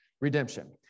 redemption